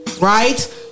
right